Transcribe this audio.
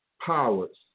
powers